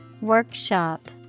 Workshop